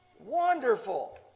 Wonderful